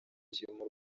kirimo